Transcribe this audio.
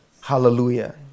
Hallelujah